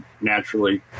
naturally